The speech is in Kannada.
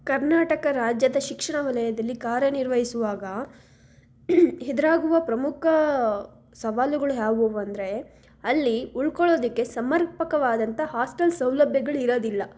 ಕರ್ನಾಟಕ ರಾಜ್ಯದ ಶಿಕ್ಷಣ ವಲಯದಲ್ಲಿ ಕಾರ್ಯ ನಿರ್ವಹಿಸುವಾಗ ಎದ್ರಾಗುವ ಪ್ರಮುಖ ಸವಾಲುಗಳು ಯಾವುವು ಅಂದರೆ ಅಲ್ಲಿ ಉಳ್ಕೊಳ್ಳೊದಕ್ಕೆ ಸಮರ್ಪಕವಾದಂಥ ಹಾಸ್ಟೆಲ್ ಸೌಲಭ್ಯಗಳ್ ಇರೋದಿಲ್ಲ